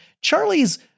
Charlie's